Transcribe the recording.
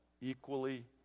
equally